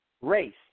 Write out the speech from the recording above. race